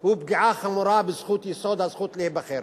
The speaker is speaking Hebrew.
זה פגיעה חמורה בזכות יסוד, הזכות להיבחר.